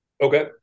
okay